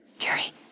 Jerry